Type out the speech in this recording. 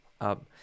up